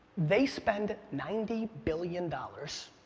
they spend ninety billion dollars,